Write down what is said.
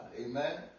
Amen